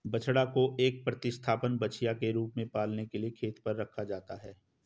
बछड़ा को एक प्रतिस्थापन बछिया के रूप में पालने के लिए खेत पर रखा जाता है